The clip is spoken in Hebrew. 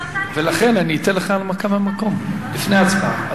לכן אני אתן לך הנמקה מהמקום לפני ההצבעה,